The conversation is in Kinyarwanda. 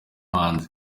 hanze